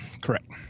Correct